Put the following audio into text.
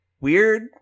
weird